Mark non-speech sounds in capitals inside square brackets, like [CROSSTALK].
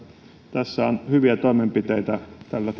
tässä on hyviä toimenpiteitä tällä [UNINTELLIGIBLE]